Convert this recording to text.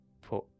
put